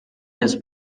his